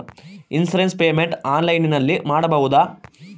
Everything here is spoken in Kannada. ಇನ್ಸೂರೆನ್ಸ್ ಪೇಮೆಂಟ್ ಆನ್ಲೈನಿನಲ್ಲಿ ಮಾಡಬಹುದಾ?